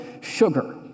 sugar